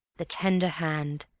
the tender hand,